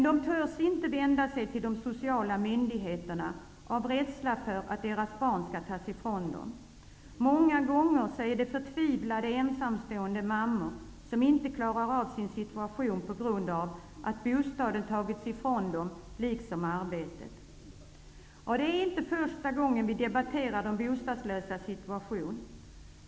De törs inte vända sig till de sociala myndigheterna av rädsla för att deras barn skall tas ifrån dem. Många gånger är det förtvivlade ensamstående mammor som inte klarar av sin situation på grund av att bostaden tagits ifrån dem, liksom arbetet. Det är inte första gången vi debatterar de bostadslösas situation.